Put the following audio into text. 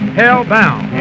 hellbound